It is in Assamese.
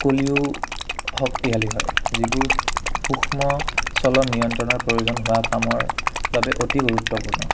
কলিও শক্তিশালী হয় যিবোৰ সূক্ষ্ম চল নিয়ন্ত্ৰণৰ প্ৰয়োজন হোৱা কামৰ বাবে অতি গুৰুত্বপূৰ্ণ